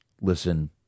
listen